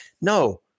No